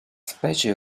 specie